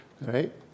right